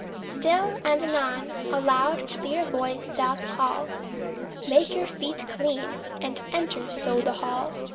still and anon, a loud clear voice doth call make your feet clean, and enter so the hall.